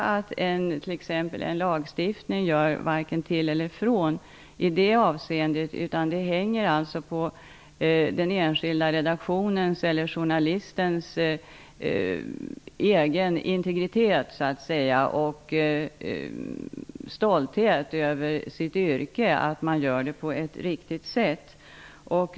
Jag tror att en lagstiftning varken gör till eller från i det avseendet. Det hänger på den enskilda redaktionens eller journalistens egen integritet och stolthet över sitt yrke att det sker på ett riktigt sätt.